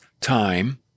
time